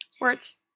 Words